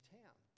town